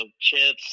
chips